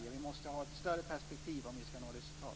Vi måste ha ett större perspektiv om vi ska nå resultat.